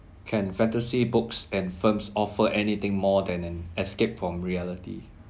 can fantasy books and films offer anything more than an escape from reality